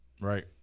Right